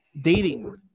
dating